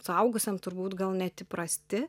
suaugusiam turbūt gal net įprasti